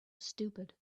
stupid